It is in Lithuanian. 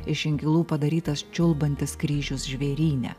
iš inkilų padarytas čiulbantis kryžius žvėryne